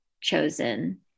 chosen